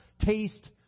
taste